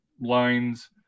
lines